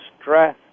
stress